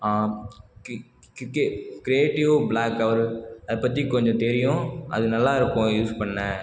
kick கிக்கேட் creative ப்ளாக்ஹவரு அதை பற்றி கொஞ்சம் தெரியும் அது நல்லா இருக்கும் யூஸ் பண்ண